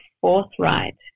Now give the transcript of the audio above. forthright